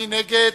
מי נגד?